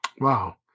Wow